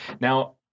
Now